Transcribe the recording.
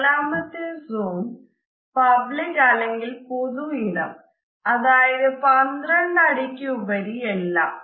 നാലാമത്തെ സോൺ ആണ് പബ്ലിക് അല്ലെങ്കിൽ പൊതു ഇടം അതായത് 12 അടിക്ക് ഉപരി എല്ലാം